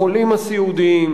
החולים הסיעודיים.